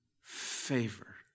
favor